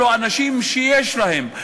אלו אנשים שיש להם,